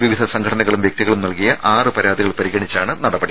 വിവിധ സംഘടനകളും വ്യക്തികളും നൽകിയ ആറു പരാതികൾ പരിഗണിച്ചാണ് നടപടി